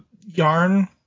Yarn